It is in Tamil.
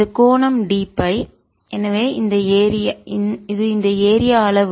இந்த கோணம் d Φ எனவே இது இந்த ஏரியா அளவு